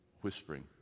whispering